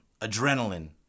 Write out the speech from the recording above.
adrenaline